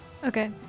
Okay